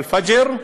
אל-פג'ר,